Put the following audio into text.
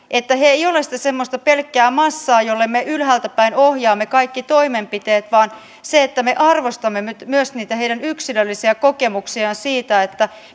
että he eivät ole semmoista pelkkää massaa jolle me ylhäältä päin ohjaamme kaikki toimenpiteet vaan me arvostamme myös heidän yksilöllisiä kokemuksiaan siitä